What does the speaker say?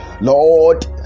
Lord